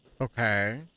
Okay